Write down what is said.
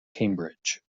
cambridge